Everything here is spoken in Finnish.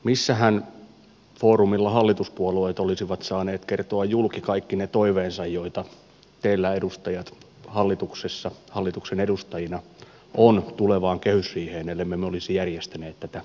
millähän foorumilla hallituspuolueet olisivat saaneet kertoa julki kaikki ne toiveensa joita teillä edustajat hallituksessa hallituksen edustajina on tulevaan kehysriiheen ellemme olisi järjestäneet tätä tilaisuutta teille